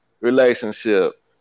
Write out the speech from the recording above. relationship